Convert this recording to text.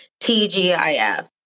TGIF